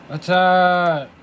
Attack